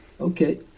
Okay